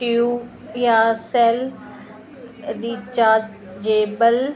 due या cell rechargeable